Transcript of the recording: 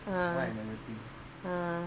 ah ah